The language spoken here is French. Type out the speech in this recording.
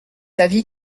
avis